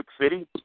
City